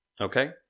Okay